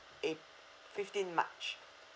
ap~ fifteen march